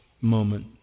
moment